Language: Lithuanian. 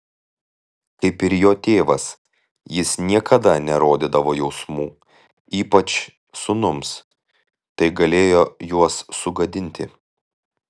kaip ir jo tėvas jis niekada nerodydavo jausmų ypač sūnums tai galėjo juos sugadinti